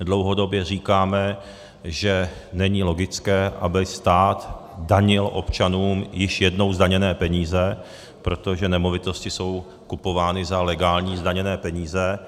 Dlouhodobě říkáme, že není logické, aby stát danil občanům již jednou zdaněné peníze, protože nemovitosti jsou kupovány za legální, zdaněné peníze.